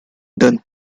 done